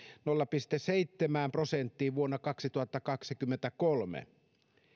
nolla pilkku seitsemään prosenttiin vuonna kaksituhattakaksikymmentäkolme